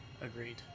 agreed